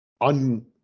un